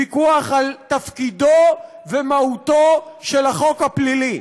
ויכוח על תפקידו ומהותו של החוק הפלילי.